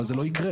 אבל זה לא יקרה.